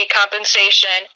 compensation